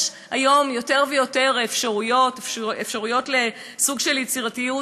יש היום יותר ויותר אפשרויות לסוג של יצירתיות,